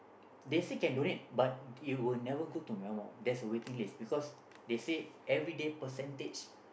they say can donate but it will never go to my mum there's a waiting list because they say everyday percentage